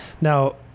Now